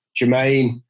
Jermaine